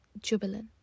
jubilant